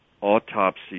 autopsy